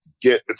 get